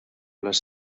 les